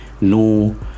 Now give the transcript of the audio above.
No